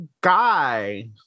guy